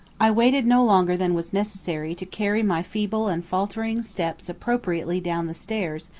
i waited no longer than was necessary to carry my feeble and faltering steps appropriately down the stairs,